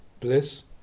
bliss